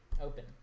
Open